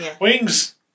Wings